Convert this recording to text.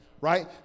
right